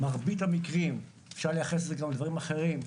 מרבית המקרים, אפשר לייחס את זה גם לדברים אחרים,